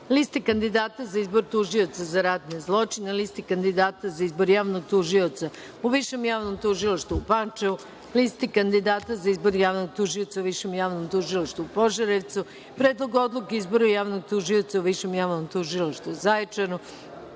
Listi kandidata za izbor tužioca za ratne zločine, Listi kandidata za izbor javnog tužioca u Višem javnom tužilaštvu u Pančevu, Listi kandidata za izbor javnog tužioca u Višem javnom tužilaštvu u Požarevcu, Predlogu odluke o izboru javnog tužioca u Višem javnom tužilaštvu u Zaječaru,